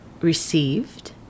received